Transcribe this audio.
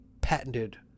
patented